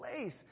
place